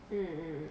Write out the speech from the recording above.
mm mm